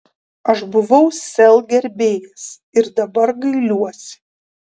aš buvau sel gerbėjas ir dabar gailiuosi